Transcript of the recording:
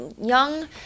young